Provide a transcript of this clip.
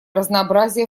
разнообразие